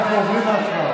אני אשב.